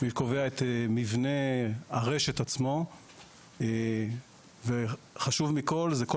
מי קובע את מבנה הרשת עצמו וחשוב מכל זה כל